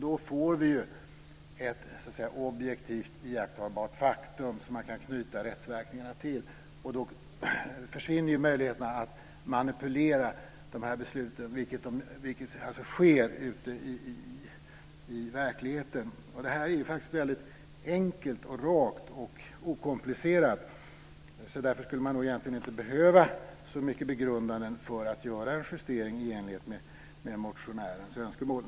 Då får vi ett objektivt iakttagbart faktum som man kan knyta rättsverkningar till. Då försvinner möjligheterna till att manipulera dessa beslut, vilket alltså sker ute i verkligheten. Det här är väldigt enkelt, okomplicerat och rakt. Därför skulle man inte behöva så mycket begrundanden för att göra en justering i enlighet med motionärens önskemål.